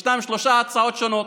יש שלוש הצעות שונות: